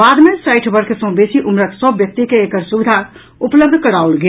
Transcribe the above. बाद मे साठि वर्ष सँ बेसी उम्रक सभ व्यक्ति के एकर सुविधा उपलब्ध कराओल गेल